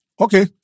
Okay